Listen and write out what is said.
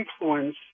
influence